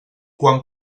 quan